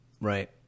Right